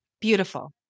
Beautiful